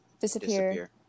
disappear